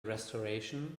restoration